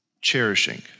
cherishing